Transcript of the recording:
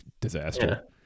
disaster